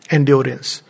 Endurance